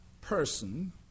person